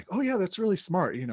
oh yeah, that's really smart. you know